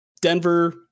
Denver